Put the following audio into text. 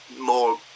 more